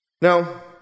Now